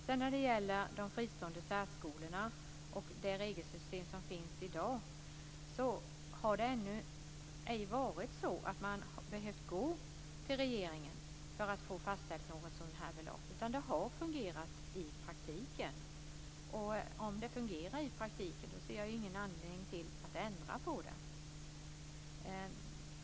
När det sedan gäller de fristående särskolorna och det regelsystem som finns i dag har man ännu ej behövt vända sig till regeringen för att få något sådant här belopp fastställt, utan det har fungerat i praktiken. Om regelsystemet fungerar i praktiken ser jag ingen anledning att ändra på det.